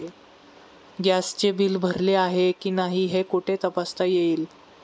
गॅसचे बिल भरले आहे की नाही हे कुठे तपासता येईल?